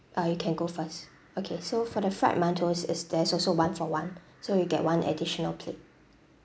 uh you can go first okay so for the fried mantou is is there's also one-for-one so you get one additional plate